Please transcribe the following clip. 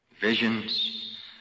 Visions